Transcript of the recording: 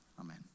amen